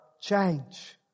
change